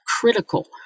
critical